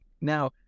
now